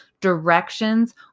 directions